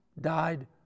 died